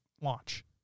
launch